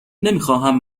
نمیخواهم